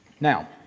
Now